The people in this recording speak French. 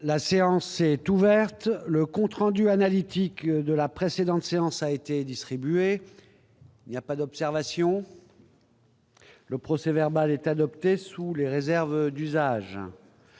La séance est ouverte. Le compte rendu analytique de la précédente séance a été distribué. Il n'y a pas d'observation ?... Le procès-verbal est adopté sous les réserves d'usage.